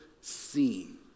seen